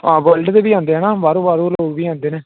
हां वर्ल्ड दे बी औंदें ना बाह्रों बाह्रों लोक बी औंदे न